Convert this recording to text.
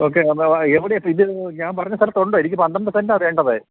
okay എന്നാല് എവിടെയാണ് ഇത് ഞാൻ പറഞ്ഞ സ്ഥലത്ത് ഉണ്ടോ എനിക്ക് പന്ത്രണ്ട് സെന്റാണു വേണ്ടതേ